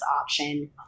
option